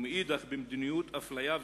ומאידך במדיניות אפליה,